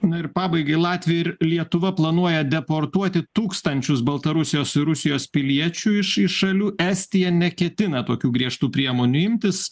na ir pabaigai latvija ir lietuva planuoja deportuoti tūkstančius baltarusijos rusijos piliečių iš iš šalių estija neketina tokių griežtų priemonių imtis